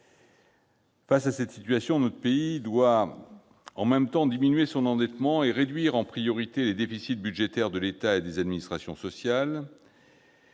Face à cette situation, notre pays doit diminuer son endettement et réduire en priorité les déficits budgétaires de l'État et des administrations sociales.